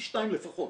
פי 2 לפחות.